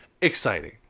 Exciting